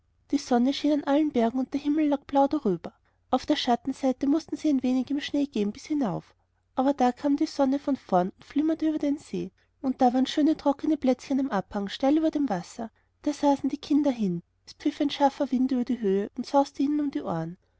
die sonne schien an allen bergen und der himmel lag blau darüber auf der schattenseite mußten sie noch ein wenig im schnee gehen bis hinauf aber da kam die sonne von vorn und flimmerte über den see und da waren schöne trockene plätzchen am abhang steil über dem wasser da saßen die kinder hin es pfiff ein scharfer wind über die höhe und sauste ihnen um die ohren